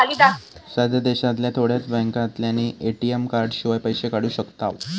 सध्या देशांतल्या थोड्याच बॅन्कांतल्यानी ए.टी.एम कार्डशिवाय पैशे काढू शकताव